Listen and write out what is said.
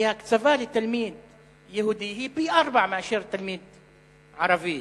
כי ההקצבה לתלמיד יהודי היא פי-ארבעה מההקצבה לתלמיד ערבי.